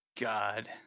God